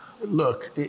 Look